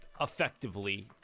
effectively